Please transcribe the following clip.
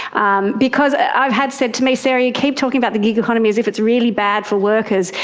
um because i've had said to me, sarah, you keep talking about the gig economy as if it's really bad for workers,